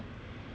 then 跑跑跑